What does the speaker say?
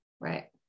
Right